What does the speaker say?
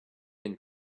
and